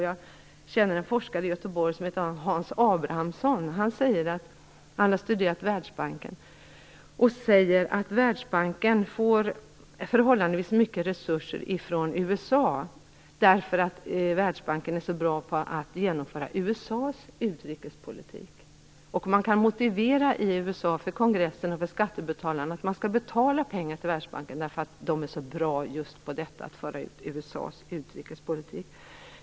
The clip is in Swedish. Jag känner en forskare i Göteborg som heter Hans Abrahamsson och som har studerat Världsbanken. Han säger att Världsbanken får förhållandevis mycket resurser från USA därför att Världsbanken är så bra på att genomföra USA:s utrikespolitik. Man kan i USA motivera för kongressen och skattebetalarna att man skall betala pengar till Världsbanken därför att den är så bra just på detta att föra ut USA:s utrikespolitik.